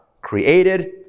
Created